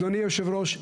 אדוני היושב ראש,